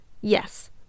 yes